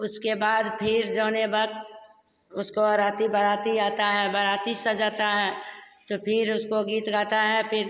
उसके बाद फिर जाने वक़्त उसको अराती बराती आता है बरात सजाते हैं तो फिर उसको गीत गाता है फिर